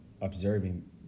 observing